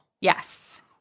Yes